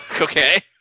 Okay